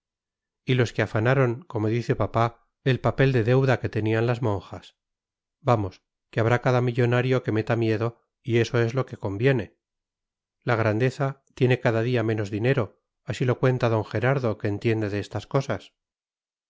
y los que afanaron como dice papá el papel de deuda que tenían las monjas vamos que habrá cada millonario que meta miedo y eso eso es lo que conviene la grandeza tiene cada día menos dinero así lo cuenta d gerardo que entiende de estas cosas